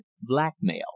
blackmail